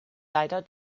leider